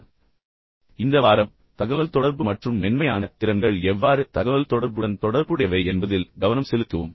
இப்போது இந்த இந்த வாரம் தகவல்தொடர்பு மற்றும் மென்மையான திறன்கள் எவ்வாறு தகவல்தொடர்புடன் தொடர்புடையவை என்பதில் கவனம் செலுத்தப்படுகிறது